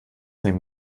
neben